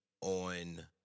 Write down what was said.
on